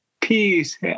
peace